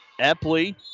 Epley